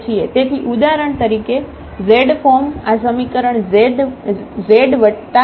તેથી ઉદાહરણ તરીકે z ફોર્મ આ સમીકરણ z વત્તા 2 t 0 ની બરાબર છે